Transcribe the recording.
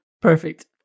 Perfect